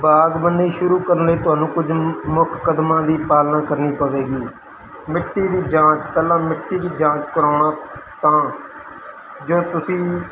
ਬਾਗਬਾਨੀ ਸ਼ੁਰੂ ਕਰਨ ਲਈ ਤੁਹਾਨੂੰ ਕੁਝ ਮ ਮੁੱਖ ਕਦਮਾਂ ਦੀ ਪਾਲਨਾ ਕਰਨੀ ਪਵੇਗੀ ਮਿੱਟੀ ਦੀ ਜਾਂਚ ਪਹਿਲਾਂ ਮਿੱਟੀ ਦੀ ਜਾਂਚ ਕਰਾਉਣਾ ਤਾਂ ਜੋ ਤੁਸੀਂ